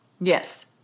Yes